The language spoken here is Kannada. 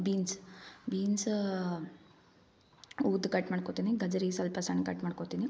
ಬೀನ್ಸ್ ಬೀನ್ಸ್ ಉದ್ದ ಕಟ್ಮಾಡ್ಕೋತೀನಿ ಗೆಜ್ಜರಿ ಸ್ವಲ್ಪ ಸಣ್ಣ ಕಟ್ಮಾಡ್ಕೋತೀನಿ